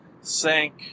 sank